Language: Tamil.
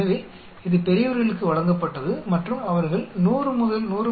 எனவே இது பெரியவர்களுக்கு வழங்கப்பட்டது மற்றும் அவர்கள் 100 முதல் 100